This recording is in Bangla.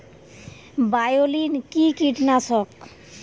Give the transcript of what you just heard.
বায়োলিন কি কীটনাশক?